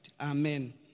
Amen